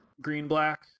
green-black